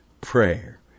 prayer